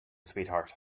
sweetheart